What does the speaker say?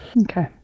Okay